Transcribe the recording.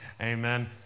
amen